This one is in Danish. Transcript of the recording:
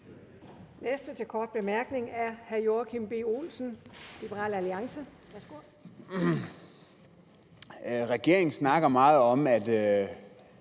Regeringen snakker meget om, at